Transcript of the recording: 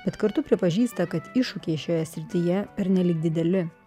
bet kartu pripažįsta kad iššūkiai šioje srityje pernelyg dideli